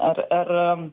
ar ar